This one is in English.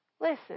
Listen